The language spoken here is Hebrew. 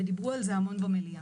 ודיברו על זה המון במליאה.